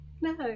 no